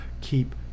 keep